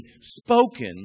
spoken